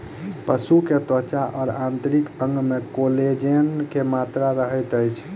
पशु के त्वचा और आंतरिक अंग में कोलेजन के मात्रा रहैत अछि